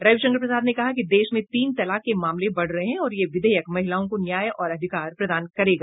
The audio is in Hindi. रविशंकर प्रसाद ने कहा कि देश में तीन तलाक के मामले बढ़ रहे हैं और यह विधेयक महिलाओं को न्याय और अधिकार प्रदान करेगा